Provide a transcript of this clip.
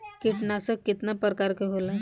कीटनाशक केतना प्रकार के होला?